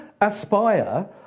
aspire